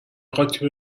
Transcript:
قاطی